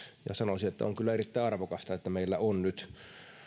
ja sanoisin että on kyllä erittäin arvokasta että meillä on nyt